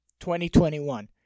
2021